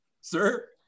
Sir